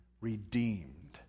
redeemed